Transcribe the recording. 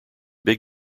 big